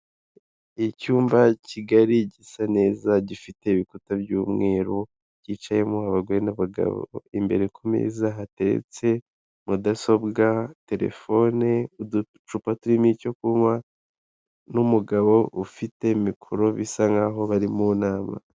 Icyumba i Kigali gisa neza gifite ibikuta by'umweru cyicayemo abagore n'abagabo, imbere ku meza hateretse mudasobwa, telefone, uducupa turimo icyo kunywa n'umugabo ufite mikoro bisa nk'aho bari mu nama.